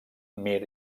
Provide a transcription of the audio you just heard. mir